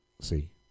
see